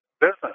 business